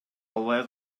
албай